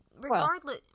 Regardless